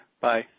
Bye